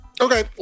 Okay